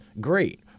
great